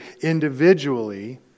individually